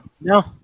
No